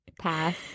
Pass